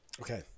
Okay